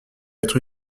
être